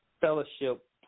fellowship